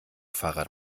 fahrrad